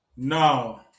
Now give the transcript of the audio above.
No